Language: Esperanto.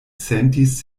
sentis